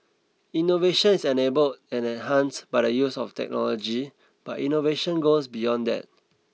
innovation is enabled and enhanced by the use of technology but innovation goes beyond that